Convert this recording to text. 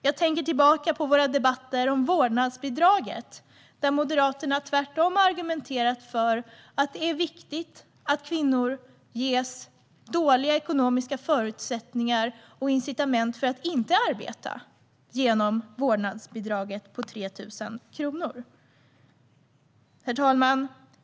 Jag tänker tillbaka på våra debatter om vårdnadsbidraget, där Moderaterna tvärtom argumenterade för att det är viktigt att kvinnor ges dåliga ekonomiska förutsättningar och incitament för att arbeta genom vårdnadsbidraget på 3 000 kronor.